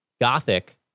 Gothic